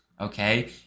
okay